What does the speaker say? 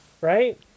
Right